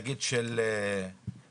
נגיד של ברטעה,